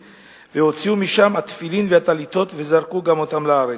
והוציאו משם התפילין והטליתות וזרקו גם אותם לארץ.